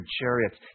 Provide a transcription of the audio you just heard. chariots